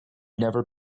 never